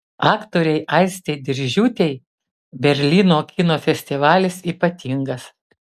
aktorei aistei diržiūtei berlyno kino festivalis ypatingas